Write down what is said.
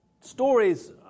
stories